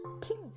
Please